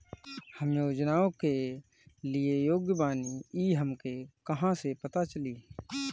हम योजनाओ के लिए योग्य बानी ई हमके कहाँसे पता चली?